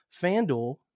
FanDuel